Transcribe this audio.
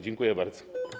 Dziękuję bardzo.